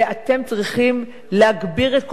אתם צריכים להגביר את קולכם.